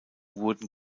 wurden